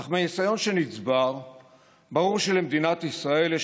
אך מהניסיון שנצבר ברור שלמדינת ישראל יש